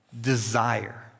desire